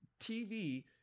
TV